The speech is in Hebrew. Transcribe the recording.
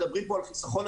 מדברים פה על חיסכון,